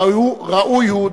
ראוי הוא,